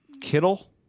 Kittle